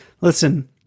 listen